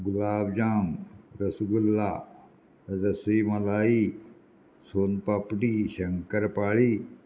गुलाब जाम रसगुल्ला रसोय मलाई सोन पापडी शंकर पाळी